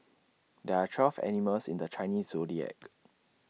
there are twelve animals in the Chinese Zodiac